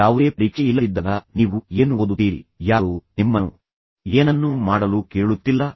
ಯಾವುದೇ ಪರೀಕ್ಷೆಯಿಲ್ಲದಿದ್ದಾಗ ನೀವು ಏನು ಓದುತ್ತೀರಿ ಯಾರೂ ನಿಮ್ಮನ್ನು ಏನನ್ನೂ ಮಾಡಲು ಕೇಳುತ್ತಿಲ್ಲ